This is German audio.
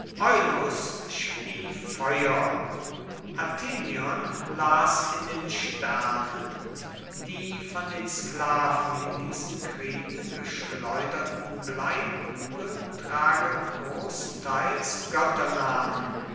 athenion las in den sternen die von den sklaven in diesen kriegen geschleuderten bleikugeln tragen großenteils